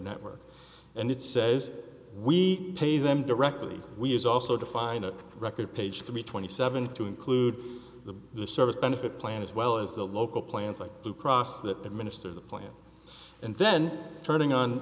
network and it says we pay them directly we use also to find a record page to be twenty seven to include the service benefit plan as well as the local plans like blue cross the minister of the plan and then turning on